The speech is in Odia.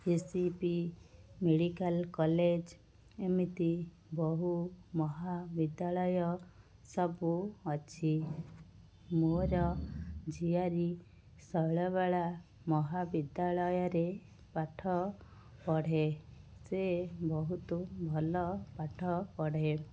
S C B medical college ଏମିତି ବହୁ ମହାବିଦ୍ୟାଳୟ ସବୁ ଅଛି ମୋର ଝିଆରୀ ଶୈଳବାଳା ମହାବିଦ୍ୟାଳୟରେ ପାଠ ପଢ଼େ ସେ ବହୁତ ଭଲ ପାଠ ପଢ଼େ